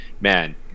man